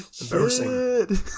embarrassing